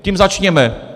Tím začněme.